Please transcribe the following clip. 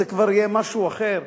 זה כבר יהיה משהו אחר.